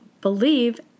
believe